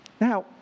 Now